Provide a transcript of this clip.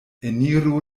eniru